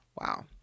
Wow